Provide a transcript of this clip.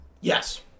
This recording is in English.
Yes